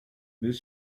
met